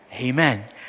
Amen